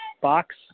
box